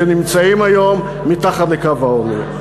שנמצאים היום מתחת לקו העוני.